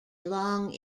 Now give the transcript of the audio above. long